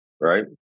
Right